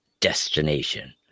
destination